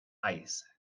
ice